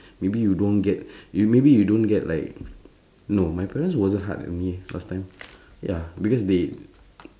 maybe you don't get you maybe you don't get like no my parents wasn't hard at me last time ya because they